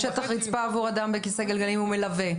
שטח רצפה עבור אדם בכיסא גלגלים ומלווה.